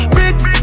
Bricks